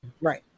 right